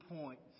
points